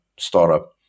startup